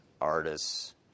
artists